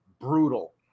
brutal